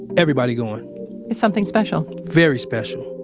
everybody goin' it's something special very special.